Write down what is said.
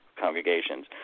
congregations